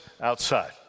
outside